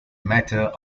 matter